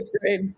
grade